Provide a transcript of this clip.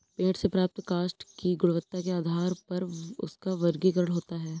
पेड़ से प्राप्त काष्ठ की गुणवत्ता के आधार पर उसका वर्गीकरण होता है